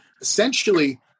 Essentially